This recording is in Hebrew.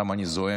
למה אני זועם